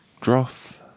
Droth